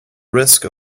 risk